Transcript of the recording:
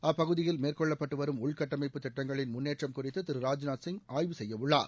அப்பகுதியில் மேற்கொள்ளப்பட்டு வரும் உள்கட்டமைப்பு திட்டங்களின் முன்னேற்றம் குறித்து திரு ராஜ்நாத் சிங் ஆய்வு செய்ய உள்ளார்